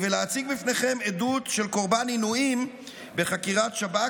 ולהציג בפניכם עדות של קורבן עינויים בחקירת שב"כ